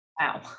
Wow